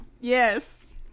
Yes